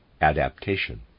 adaptation